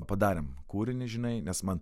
padarėm kūrinį žinai nes man